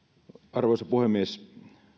arvoisa puhemies